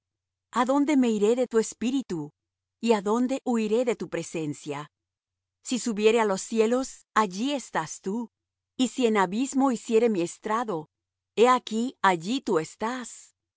comprenderla adónde me iré de tu espíritu y adónde huiré de tu presencia si subiere á los cielos allí estás tú y si en abismo hiciere mi estrado he aquí allí tú estás